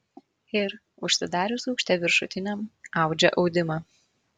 ir užsidarius aukšte viršutiniam audžia audimą